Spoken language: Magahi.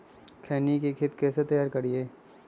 खैनी के खेत कइसे तैयार करिए?